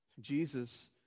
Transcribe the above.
Jesus